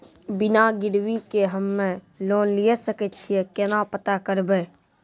बिना गिरवी के हम्मय लोन लिये सके छियै केना पता करबै?